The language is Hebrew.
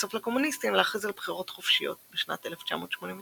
לבסוף לקומוניסטים להכריז על בחירות חופשיות בשנת 1989,